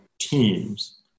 teams